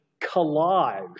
collage